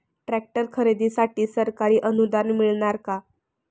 Tractor खरेदीसाठी सरकारी अनुदान मिळणार का?